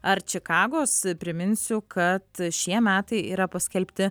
ar čikagos priminsiu kad šie metai yra paskelbti